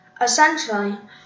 essentially